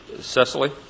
Cecily